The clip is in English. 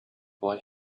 boy